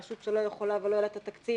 רשות שלא יכולה ולא יהיה לה את התקציב,